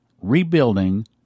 rebuilding